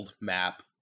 map